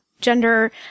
gender